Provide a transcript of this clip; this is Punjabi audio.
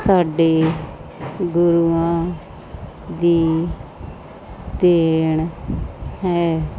ਸਾਡੇ ਗੁਰੂਆਂ ਦੀ ਦੇਣ ਹੈ